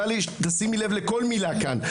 תשימי לב לכל מילה כאן.